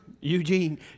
Eugene